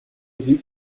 sie